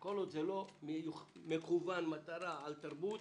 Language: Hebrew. כל עוד זה לא מכוון מטרה על תרבות,